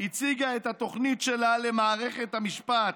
הציגה את התוכנית שלה למערכת המשפט,